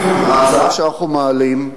ההצעה שאנחנו מעלים,